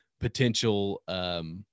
potential